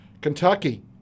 Kentucky